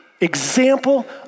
Example